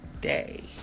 day